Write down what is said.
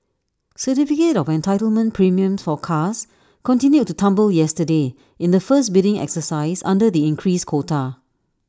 certificate of entitlement premiums for cars continued to tumble yesterday in the first bidding exercise under the increased quota